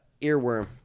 Earworm